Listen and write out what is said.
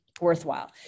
worthwhile